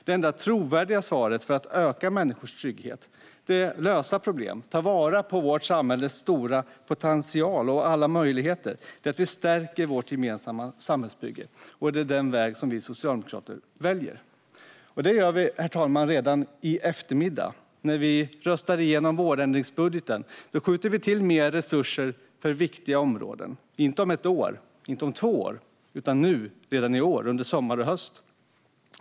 Det enda trovärdiga svaret för att öka människors trygghet, lösa problem och ta vara på vårt samhälles stora potential och många möjligheter är att stärka vårt gemensamma samhällsbygge. Det är denna väg vi socialdemokrater väljer. Herr talman! Det gör vi redan i eftermiddag när vi röstar igenom vårändringsbudgeten. Då skjuter vi till mer resurser till viktiga områden - inte om ett eller två år utan nu i sommar och höst.